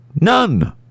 None